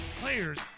players